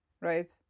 right